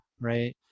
right